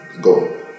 Go